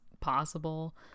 possible